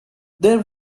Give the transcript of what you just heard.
there